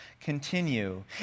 continue